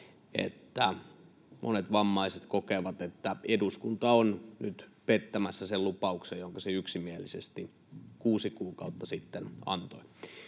että monet vammaiset kokevat, että eduskunta on nyt pettämässä sen lupauksen, jonka se yksimielisesti kuusi kuukautta sitten antoi.